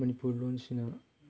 ꯃꯅꯤꯄꯨꯔ ꯂꯣꯟꯁꯤꯅ